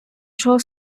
чого